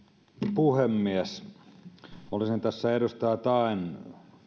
puhemies olisin tässä edustaja al taeen